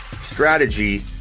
strategy